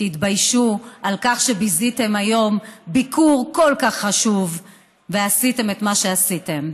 תתביישו על כך שביזיתם היום ביקור כל כך חשוב ועשיתם את מה שעשיתם.